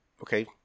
Okay